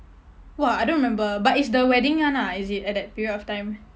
!wah! I don't remember but it's the wedding [one] ah is it at that period of time